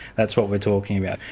that's what we're talking about.